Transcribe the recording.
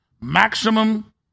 Maximum